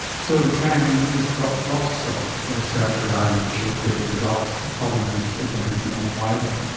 so dan, we've got lots of research around which shows great results. the problem is implementing it more widely.